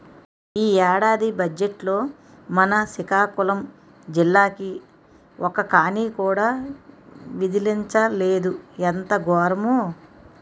ఈ ఏడాది బజ్జెట్లో మన సికాకులం జిల్లాకి ఒక్క కానీ కూడా విదిలించలేదు ఎంత గోరము